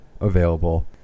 available